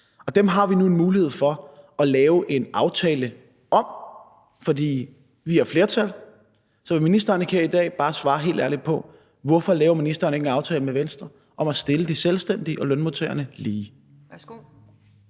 og dem har vi nu en mulighed for at lave en aftale om, fordi vi har flertal. Så vil ministeren ikke her i dag bare svare helt ærligt på: Hvorfor laver ministeren ikke en aftale med Venstre om at stille de selvstændige og lønmodtagerne lige?